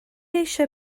eisiau